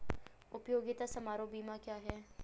उपयोगिता समारोह बीमा क्या है?